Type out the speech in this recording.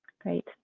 Great